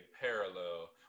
parallel